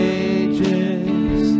ages